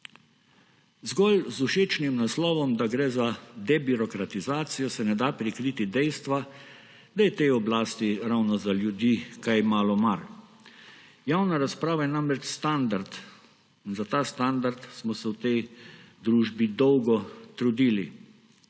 Zgolj z všečnim naslovom, da gre za debirokratizacijo, se ne da prikriti dejstva, da je tej oblasti ravno za ljudi kaj malo mar. Javna razprava je namreč standard in za ta standard smo se v tej družbi dolgo trudili.